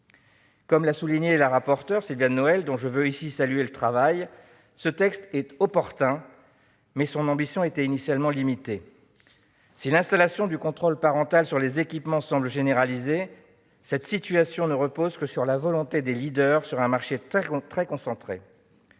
Comme l'a souligné Mme la rapporteure, Sylviane Noël, dont je veux saluer le travail, ce texte est opportun, mais son ambition était initialement limitée. Si l'installation du contrôle parental sur les équipements semble généralisée, cette situation ne repose que sur la volonté des leaders sur un marché très concentré.